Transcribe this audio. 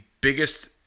biggest